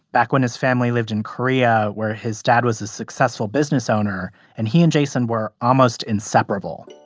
back when his family lived in korea, where his dad was a successful business owner and he and jason were almost inseparable